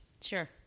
sure